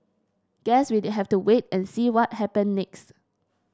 guess we'd have to wait and see what happen next